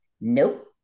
Nope